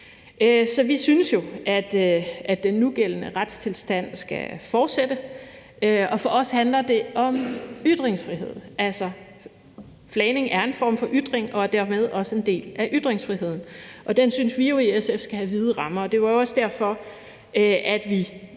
Så vi synes, at den nugældende retstilstand skal fortsætte. For os handler det om ytringsfrihed, altså flagning er en form for ytring og dermed også en del af ytringsfriheden, og den synes vi i SF skal have vide rammer. Det var jo også derfor, at vi